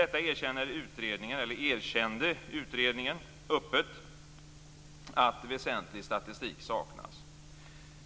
Till detta erkände utredningen öppet att väsentlig statistik saknas.